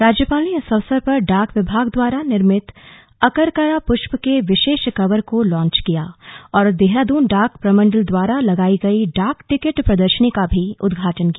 राज्यपाल ने इस अवसर पर डाक विभाग द्वारा निर्मित अकरकरा पुष्प के विशेष कवर को लॉन्च किया और देहरादून डाक प्रमण्डल द्वारा लगाई गई डाक टिकट प्रदर्शनी का भी उदघाटन किया